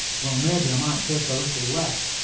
well, maybe i might take a little less,